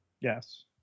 Yes